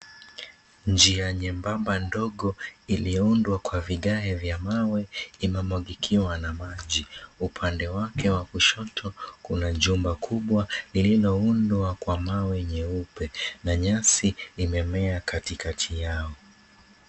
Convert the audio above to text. Njia nyembamba ndogo ilioundwa kwa vigae vya mawe imemagikiwa na maji upande wake wa kushoto kuna jumba kubwa liloundwa kwa mawe nyeupe na nyasi imemea katikati yao.